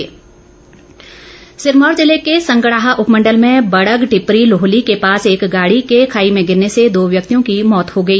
दुर्घटना सिरमौर ज़िले के संगड़ाह उपमंडल में बड़ग टिप्परी लोहली के पास एक गाड़ी के खाई में गिरने से दो व्यक्तियों की मौत हो गई